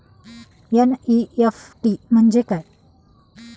NEFT म्हणजे काय?